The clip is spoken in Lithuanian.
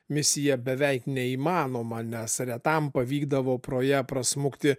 misija beveik neįmanoma nes retam pavykdavo pro ją prasmukti